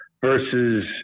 versus